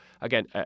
again